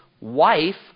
wife